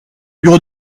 bureau